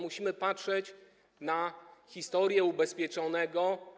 Musimy patrzeć na historię ubezpieczonego.